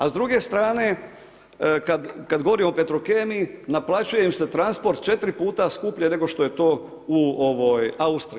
A s druge strane kad govorimo o Petrokemiji, naplaćuje im se transport 4 puta skuplje nego što je to u Austriji.